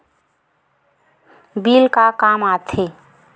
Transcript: Bill का काम आ थे?